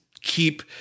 keep